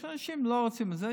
יש אנשים שלא רוצים את זה,